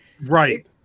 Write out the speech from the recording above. right